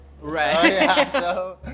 Right